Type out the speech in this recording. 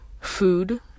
food